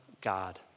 God